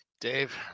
Dave